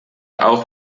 auch